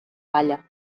palla